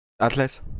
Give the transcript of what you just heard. Atlas